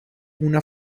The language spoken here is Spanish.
una